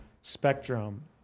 spectrum